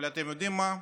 אבל אתם יודעים מה?